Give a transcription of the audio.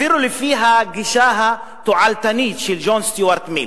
אפילו לפי הגישה התועלתנית של ג'ון סטיוארט מיל,